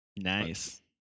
Nice